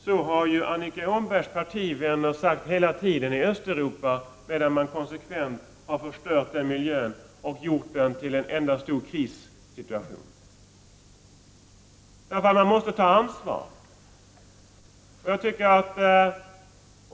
Så har ju Annika Åhnbergs partivänner i Östeuropa sagt hela tiden, medan man konsekvent har förstört miljön och gjort att den innebär en enda stor krissituation. Man måste ta ansvar.